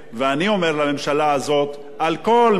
על כל מי שנמצא בה: תתביישו לכם.